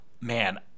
man